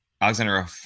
Alexander